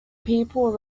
people